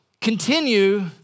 continue